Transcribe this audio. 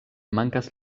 mankas